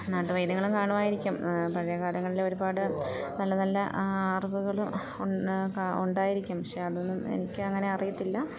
നാട്ട് വൈദ്യങ്ങളും കാണുമായിരിക്കും പഴയ കാലങ്ങളിലെ ഒരുപാട് നല്ല നല്ല അറിവുകളും ഉണ്ടായിരിക്കും പക്ഷേ അതൊന്നും എനിക്ക് അങ്ങനെ അറിയത്തില്ല